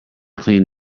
clean